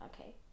okay